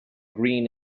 green